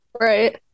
Right